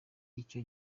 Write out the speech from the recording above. icyo